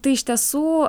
tai iš tiesų